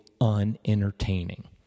unentertaining